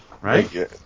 Right